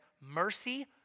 mercy